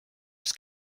just